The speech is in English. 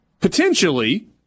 Potentially